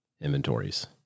inventories